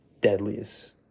deadliest